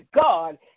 God